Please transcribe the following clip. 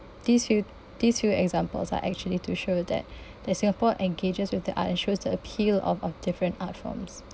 these few these few examples are actually to show that the singapore engages with the art ensures the appeal of of different art forms